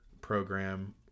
program